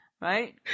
Right